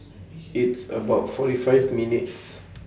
It's about forty five minutes